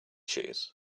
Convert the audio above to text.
shoes